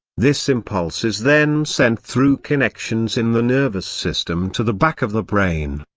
this impulse is then sent through connections in the nervous system to the back of the brain.